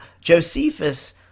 Josephus